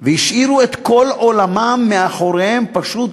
והשאירו את כל עולמם מאחוריהם פשוט